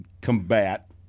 combat